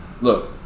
look